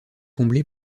comblé